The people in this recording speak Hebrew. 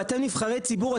ואתם נבחרי ציבור,